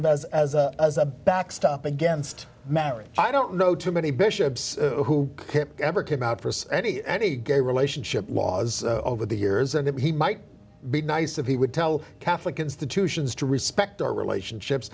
of as as a as a backstop against marriage i don't know too many bishops who ever came out for any any gay relationship laws over the years and that he might be nice if he would tell catholic institutions to respect our relationships